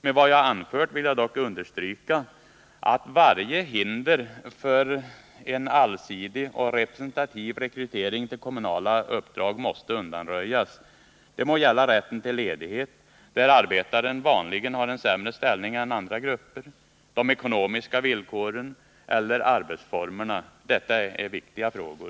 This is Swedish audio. Med vad jag anfört vill jag dock understryka att varje hinder för en allsidig och representativ rekrytering till kommunala uppdrag måste undanröjas. Det må gälla rätten till ledighet — där arbetaren vanligen har en sämre ställning än andra grupper —, de ekonomiska villkoren eller arbetsformerna. Detta är viktiga frågor.